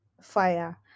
fire